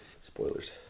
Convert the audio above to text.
Spoilers